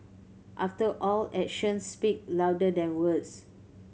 after all actions speak louder than words